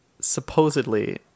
supposedly